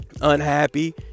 unhappy